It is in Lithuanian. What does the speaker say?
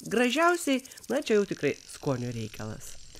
gražiausiai na čia jau tikrai skonio reikalas